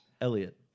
Elliot